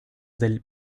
del